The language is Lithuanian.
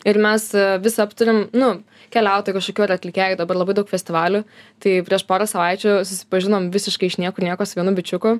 ir mes vis aptariam nu keliautojų kažkokių ar atlikėjų dabar labai daug festivalių tai prieš porą savaičių susipažinom visiškai iš niekur nieko su vienu bičiuku